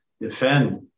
defend